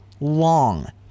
long